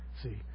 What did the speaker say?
See